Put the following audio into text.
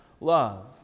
love